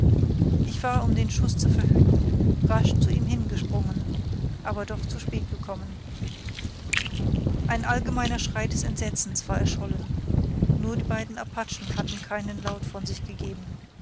ich war um den schuß zu verhüten rasch zu ihm hingesprungen aber doch zu spät gekommen ein allgemeiner schrei des entsetzens war erschollen nur die beiden apachen hatten keinen laut von sich gegeben